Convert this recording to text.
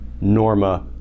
Norma